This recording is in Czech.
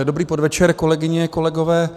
Dobrý podvečer, kolegyně, kolegové.